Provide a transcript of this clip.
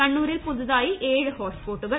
കണ്ണൂരിൽ പുതുതായി ഏഴ് ഹോട്ട് സ്പോട്ടുകൾ